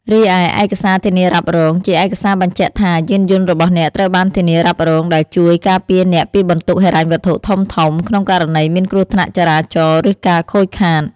រីឯ ឯកសារធានារ៉ាប់រង ជាឯកសារបញ្ជាក់ថា យានយន្តរបស់អ្នកត្រូវបានធានារ៉ាប់រង ដែលជួយ ការពារអ្នកពីបន្ទុកហិរញ្ញវត្ថុធំៗ ក្នុងករណីមានគ្រោះថ្នាក់ចរាចរណ៍ ឬការខូចខាត។